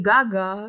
Gaga